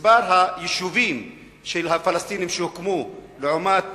מספר היישובים הפלסטיניים שהוקמו לעומת